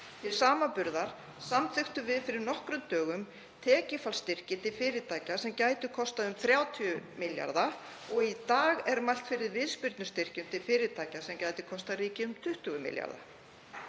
Til samanburðar samþykktum við fyrir nokkrum dögum tekjufallsstyrki til fyrirtækja sem gætu kostað um 30 milljarða og í dag er mælt fyrir viðspyrnustyrkjum til fyrirtækja sem gætu kostað ríkið um 20 milljarða.